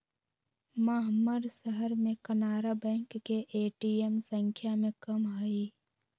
महम्मर शहर में कनारा बैंक के ए.टी.एम संख्या में कम हई